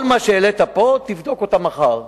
כל מה שהעלית פה, תבדוק מחר.